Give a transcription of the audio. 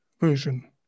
version